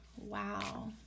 wow